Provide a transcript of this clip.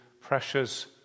pressures